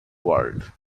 world